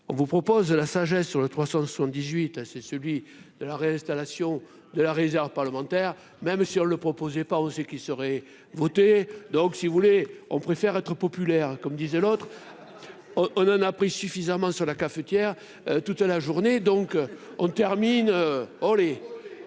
on vous propose de la sagesse sur la 378 c'est celui. La réinstallation de la réserve parlementaire même sur le proposait pas osé qui serait votée, donc si vous voulez, on préfère être populaire, comme disait l'autre, on on en a pris suffisamment sur la cafetière, toute la journée, donc on termine oh les